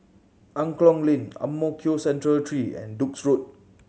Angklong Lane Ang Mo Kio Central Three and Duke's Road